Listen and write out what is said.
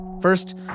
First